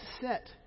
set